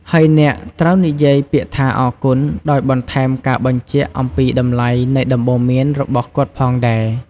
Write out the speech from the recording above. ហើយអ្នកត្រូវនិយាយពាក្យថា អរគុណ ដោយបន្ថែមការបញ្ជាក់អំពីតម្លៃនៃដំបូន្មានរបស់គាត់ផងដែរ។